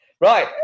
Right